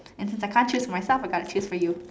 and since I can't choose myself I got to choose for you